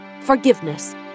Forgiveness